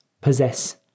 possess